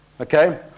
okay